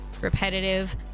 repetitive